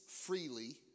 freely